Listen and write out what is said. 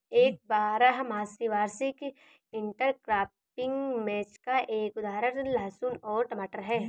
एक बारहमासी वार्षिक इंटरक्रॉपिंग मैच का एक उदाहरण लहसुन और टमाटर है